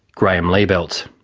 graeme liebelt.